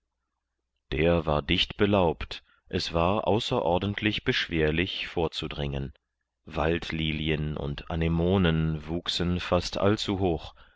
der war dicht belaubt es war außerordentlich beschwerlich vorzudringen waldlilien und anemonen wuchsen fast